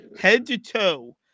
head-to-toe